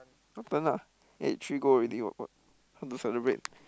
your turn lah eight three goal already [what] what how to celebrate